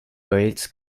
wales